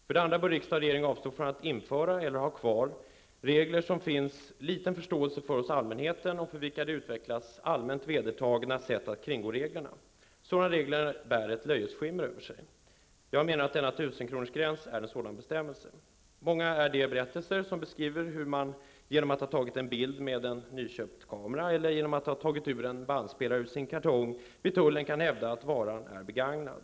För det andra bör riksdag och regering avstå från att införa eller ha kvar regler som det finns liten förståelse för hos allmänheten och som man har utvecklat allmänt vedertagna sätt för att kringgå. Sådana regler bär ett löjets skimmer över sig. Jag menar att denna 1 000 kr. gräns är en sådan bestämmelse. Många är de berättelser som beskriver hur man genom att ha tagit en bild med en nyköpt kamera eller genom att ha tagit ut en bandspelare ur sin kartong i tullen kan hävda att varan är begagnad.